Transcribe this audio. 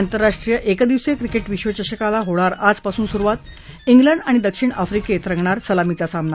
आंतरराष्ट्रीय एकदिवसीय क्रिकेट विश्वचषकाला होणार आजपासून सुरुवात इंग्लंड आणि दक्षिण आफ्रिकेमध्ये रंगणार सलामीचा सामना